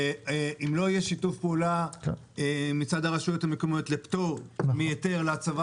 אם לא יהיה שיתוף פעולה מצד הרשויות המקומיות לפטור מהיתר להצבת